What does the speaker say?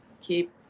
keep